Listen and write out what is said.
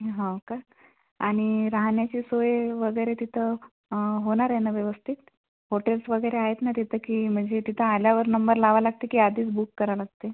हौ का आणि राहन्याची सोय वगेरे तितं होनाराय नं व्यवस्थित होटेल्स वगेरे आहेत ना तितं की म्हनजे तितं आल्यावर नंबर लावाव लागतय की आधीच बुक करावं लागतय